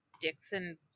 Dixon